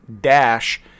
dash